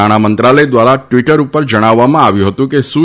નાણા મંત્રાલય દ્વારા ટીવટર ઉપર જણાવવામાં આવ્યું હતું કે સુ